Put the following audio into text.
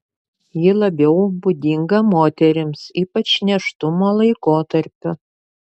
ji labiau būdinga moterims ypač nėštumo laikotarpiu